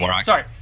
sorry